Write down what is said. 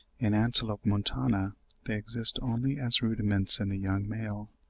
in antilope montana they exist only as rudiments in the young male,